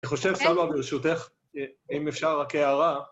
אני חושב שלמה ברשותך, אם אפשר רק הערה.